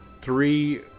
three